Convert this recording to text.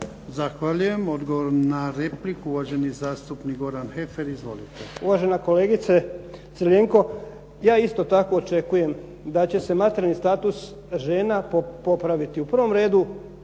Zahvaljujem. Odgovor na repliku uvaženi zastupnik Goran Heffer. Izvolite. **Heffer, Goran (SDP)** Uvažena kolegice Crljenko, ja isto tako očekujem da će se materijalni status žena popraviti u prvom redu